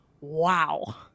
wow